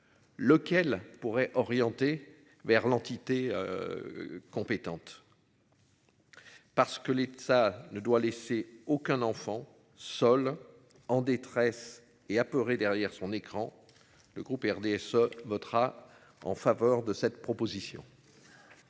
Lequel pourrait orienter vers l'entité. Compétente. Parce que les deux ça ne doit laisser aucun enfant Sol en détresse et apeuré derrière son écran. Le groupe RDSE votera en faveur de cette proposition.